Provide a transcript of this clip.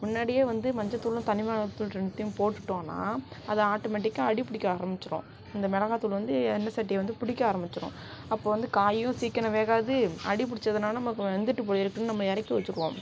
முன்னாடியே வந்து மஞ்சத்தூளும் தனிமிளகாத்தூள் ரெண்டுத்தையும் போட்டுட்டோம்னால் அது ஆட்டோமேட்டிக்காக அடிப்பிடிக்க ஆரமிச்சிடும் இந்த மிளகாத்தூளு வந்து எண்ணெய் சட்டியை வந்து பிடிக்க ஆரம்பிச்சிடும் அப்போ வந்து காயும் சீக்கிரம் வேகாது அடிப்பிடிச்சதுனால நமக்கு வெந்துவிட்டு போலருக்குன்னு நம்ம இறக்கி வச்சிக்குவோம்